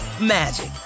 magic